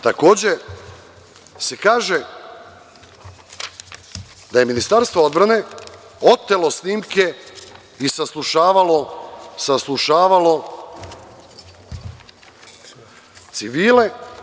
Takođe se kaže da je Ministarstvo odbrane otelo snimke i saslušavalo civile.